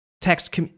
text